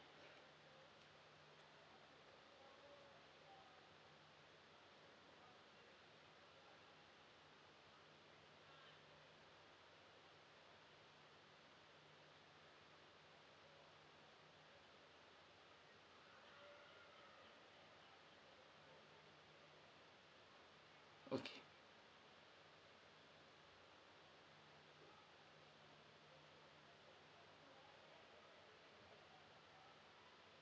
okay